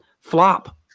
flop